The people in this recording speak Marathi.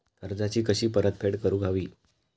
कर्जाची कशी परतफेड करूक हवी?